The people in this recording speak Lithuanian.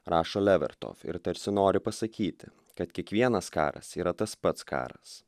rašo levertof ir tarsi nori pasakyti kad kiekvienas karas yra tas pats karas